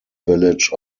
village